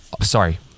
Sorry